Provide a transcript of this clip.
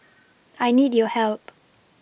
I need your help